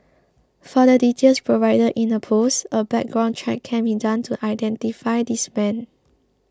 for the details provided in the post a background check can be done to identify this man